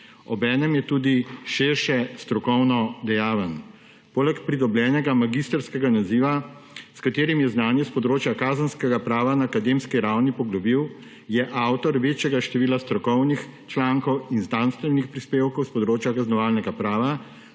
Obenem je tudi širše strokovno dejaven. Poleg pridobljenega magistrskega naziva, s katerim je znanje s področje kazenskega prava na akademski ravni poglobil, je avtov večjega števila strokovnih člankov in znanstvenih prispevkov s področja kaznovalnega prava